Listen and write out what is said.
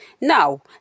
Now